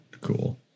cool